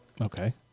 Okay